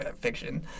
fiction